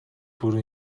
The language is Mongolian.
бүрэн